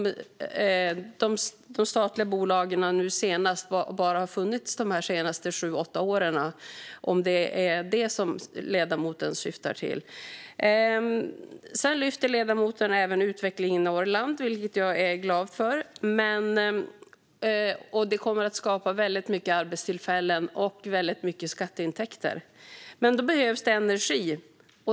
Har de statliga bolagen bara funnits de senaste sju åtta åren? Är det detta som ledamoten syftar på? Sedan lyfter ledamoten utvecklingen i Norrland, vilket jag är glad för. Detta kommer att skapa väldigt många arbetstillfällen och väldigt mycket skatteintäkter. Men då behövs det energi.